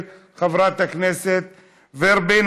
של חברת הכנסת ורבין.